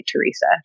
Teresa